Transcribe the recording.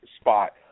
spot